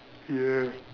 yes